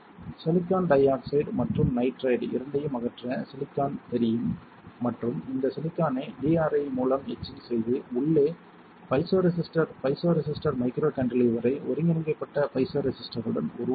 silicon dioxide மற்றும் nitride இரண்டையும் அகற்ற சிலிக்கான் தெரியும் மற்றும் இந்த சிலிக்கானை டிஆர்ஐ மூலம் எட்சிங் செய்து உங்கள் பைசோ ரெசிஸ்டர் பைசோ ரெசிஸ்டர் மைக்ரோகாண்டிலீவரை ஒருங்கிணைக்கப்பட்ட பைசோ ரெசிஸ்டருடன் உருவாக்கலாம்